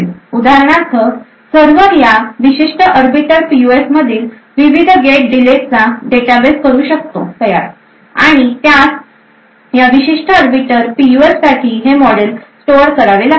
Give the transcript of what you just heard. उदाहरणार्थ सर्व्हर या विशिष्ट अरबीटर पीयूएफ मधील विविध गेट डिलेजचा डेटाबेस तयार करु शकतो आणि त्यास या विशिष्ट अरबीटर पीयूएफसाठी हे मॉडेल स्टोअर करावे लागते